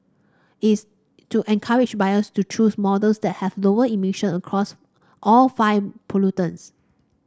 it's to encourage buyers to choose models that have lower emission across all five pollutants